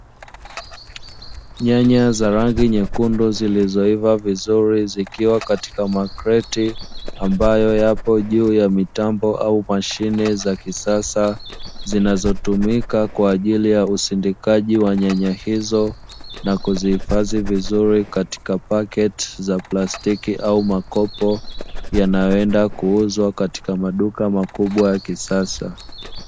Nyanya za rangi nyekundu zilizoiva vizuri zikiwa katika makreti ambayo yapo juu ya mitambo au mashine za kisasa; zinazotumika kwa ajili ya usindikaji wa nyanya hizo na kuzihifadhi vizuri katika pakti za plastiki au makopo yanayoenda kuuzwa katika maduka makubwa ya kisasa.